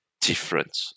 different